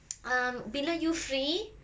um bila you free